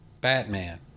Batman